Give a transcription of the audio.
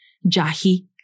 Jahi